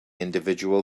individual